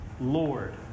Lord